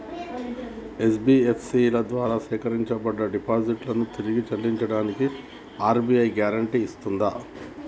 NBFC ల ద్వారా సేకరించబడ్డ డిపాజిట్లను తిరిగి చెల్లించడానికి ఆర్.బి.ఐ గ్యారెంటీ ఇస్తదా?